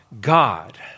God